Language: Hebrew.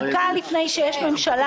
דקה לפני שיש ממשלה,